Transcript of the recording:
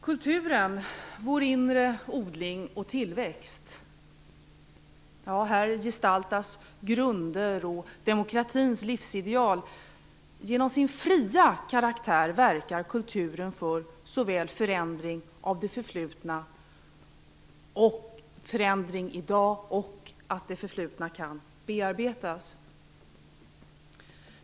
Kulturen, vår inre odling och tillväxt - här gestaltas grunder och demokratins livsideal. Genom sin fria karaktär verkar kulturen för såväl förändring av det förflutna och förändring i dag som för en möjlighet till bearbetning av det förflutna.